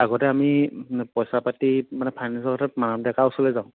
আগতে আমি পইচা পাতি মানে ফাইনেঞ্চৰ কথাত মানৱ ডেকাৰ ওচৰলৈ যাওঁ